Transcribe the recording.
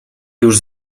już